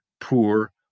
poor